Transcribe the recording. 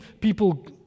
people